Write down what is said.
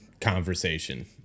conversation